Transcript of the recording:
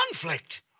conflict